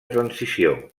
transició